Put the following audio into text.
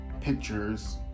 pictures